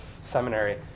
seminary